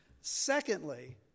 Secondly